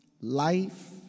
life